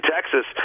Texas